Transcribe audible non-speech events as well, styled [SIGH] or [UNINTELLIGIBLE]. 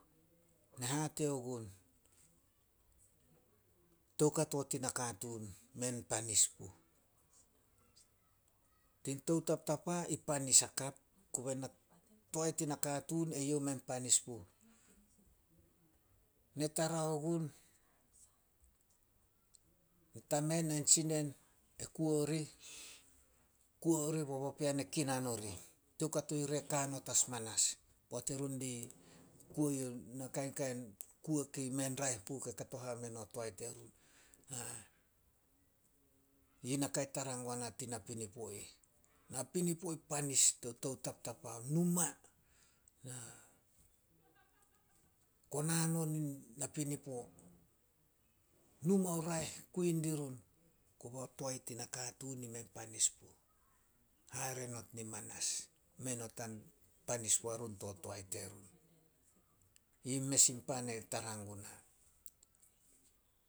Ne hate gun, toukato tin nakatuun mei a panis puh. Tin toutaptapa i panis hakap, koba [UNINTELLIGIBLE] toae tin nakatuun, eyouh mei a panis puh. Ne tara ogun o tamen, ain tsinen e kuo orih, kuo orih bao papean e kinan orih. Toukatoi re ka not as manas, poat erun di kuo yo na kainkain kuo kei mei a raeh puh ke kato haome no toae terun. [HESITATION] Yi naka ke tara gua na tin napinipo ih. Napinipoi panis to toutaptapa, numa, [NOISE] konan on i napinipo, numa o raeh kui dirun, kobao toae ti nakatuun mei a panis puh, hare not ni manas. Mei not a panis puarun to toae terun. Yi mes in pan e tara guna.